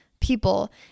people